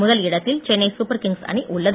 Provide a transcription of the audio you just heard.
முதல் இடத்தில் Chennai Super Kings அணி உள்ளது